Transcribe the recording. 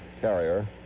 carrier